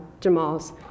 Jamal's